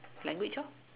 language orh